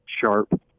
sharp